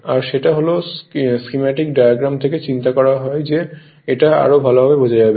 আর সেটা হল এই স্কিম্যাটিক ডায়াগ্রাম থেকে চিন্তা করা যে এটা আরও ভালোভাবে বোঝা যাবে